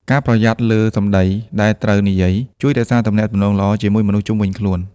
ការប្រយ័ត្នលើសម្ដីដែលត្រូវនិយាយ ជួយរក្សាទំនាក់ទំនងល្អជាមួយមនុស្សជុំវិញខ្លួន។